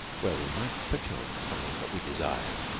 where we might perchance find what we desired.